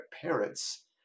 parents